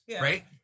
right